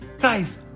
guys